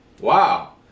Wow